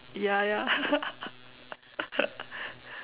ya ya